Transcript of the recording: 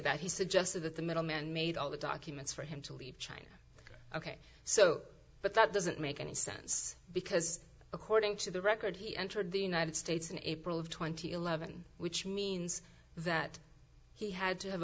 that he suggested that the middle man made all the documents for him to leave china ok so but that doesn't make any sense because according to the record he entered the united states in april of two thousand and eleven which means that he had to have